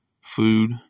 food